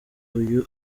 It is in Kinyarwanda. uyu